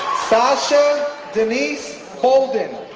sasha denise bolden,